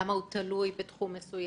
כמה הוא תלוי בתחום מסוים.